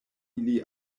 ili